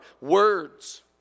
words